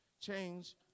change